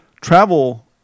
travel